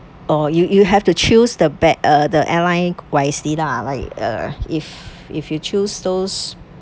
or you you have to choose the bet~ the airline wisely lah like uh if if you choose those